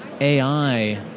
AI